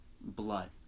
blood